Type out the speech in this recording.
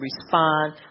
respond